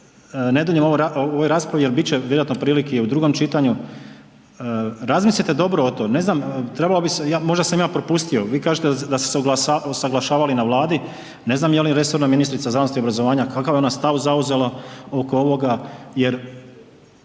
ne duljim u ovoj raspravi jer bit će vjerojatno prilike i u drugom čitanju. Razmislite dobro o tom, ne znam trebalo bi se, možda sam ja propustio, vi kažete da ste se usuglašavali na Vladi, ne znam je li resorna ministrica znanosti i obrazovanja, kakav je ona stav zauzela oko ovoga,